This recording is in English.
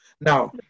Now –